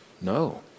No